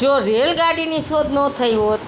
જો રેલગાડીની શોધ ન થઈ હોત